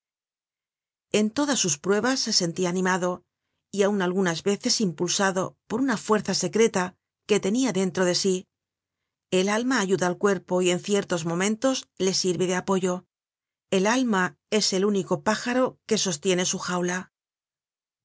en todas sus pruebas se sentia animado y aun algunas veces impulsado por una fuerza secreta que tenia dentro de sí el alma ayuda al cuerpo y en ciertos momentos le sirve de apoyo el alma es el único pájaro que sostiene su jaula